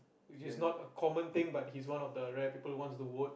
which is not a common thing but he's one of the rare people wants to vote